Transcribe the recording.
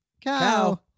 Cow